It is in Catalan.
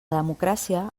democràcia